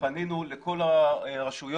פנינו לכול הרשויות,